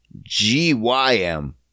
G-Y-M